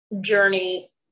journey